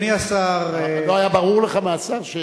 אדוני השר, לא היה ברור לך מהשר?